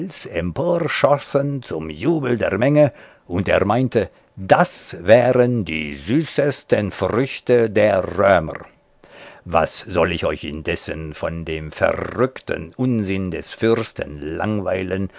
emporschossen zum jubel der menge und er meinte das wären die süßesten früchte der römer was soll ich euch indessen mit dem verrückten unsinn des fürsten langweilen